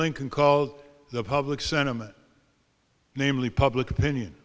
lincoln called the public sentiment namely public opinion